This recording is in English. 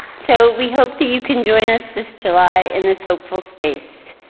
so, we hope that you can join us this july in this hopeful space.